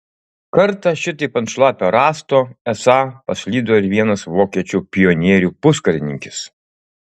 kartą šitaip ant šlapio rąsto esą paslydo ir vienas vokiečių pionierių puskarininkis